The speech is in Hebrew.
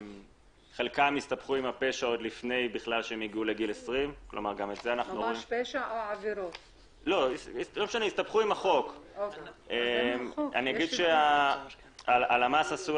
חלקם הסתבכו עם החוק עוד לפני גיל 20. הלמ"ס עשו